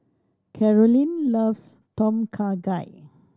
Carolyn loves Tom Kha Gai